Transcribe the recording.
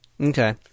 Okay